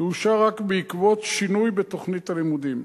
תאושר רק בעקבות שינוי בתוכנית הלימודים.